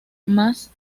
más